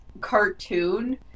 cartoon